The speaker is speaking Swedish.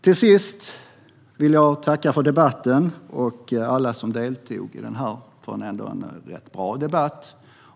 Till sist vill jag tacka för debatten och tacka alla som deltog; det har ändå varit en rätt bra debatt.